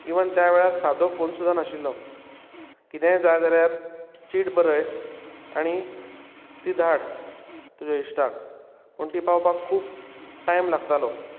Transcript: even त्यावेळार सादो phone सुद्दां नाशिल्लो कितेंय जाय जाल्यार चीट बरय आनी ती धाड तुज्या इश्टाक पूण ती पावपाक खूप टायम लागतालो